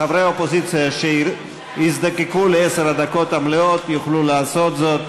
חברי האופוזיציה שיזדקקו לעשר הדקות המלאות יוכלו לעשות זאת,